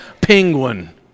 penguin